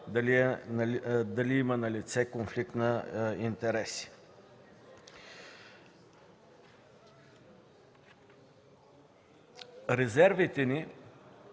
дали има налице конфликт на интереси. Резервите ни